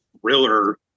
thriller